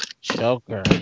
Joker